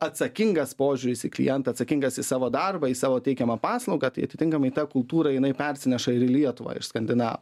atsakingas požiūris į klientą atsakingas į savo darbą į savo teikiamą paslaugą tai atitinkamai ta kultūra jinai persineša ir į lietuvą iš skandinavų